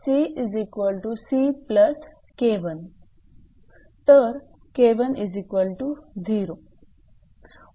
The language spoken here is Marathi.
कारण 𝑐𝑐𝐾1